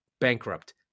bankrupt